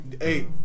Hey